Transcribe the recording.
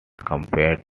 compared